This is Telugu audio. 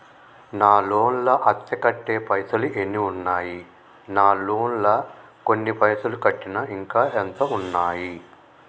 నా లోన్ లా అత్తే కట్టే పైసల్ ఎన్ని ఉన్నాయి నా లోన్ లా కొన్ని పైసల్ కట్టిన ఇంకా ఎంత ఉన్నాయి?